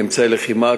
אמצעי לחימה,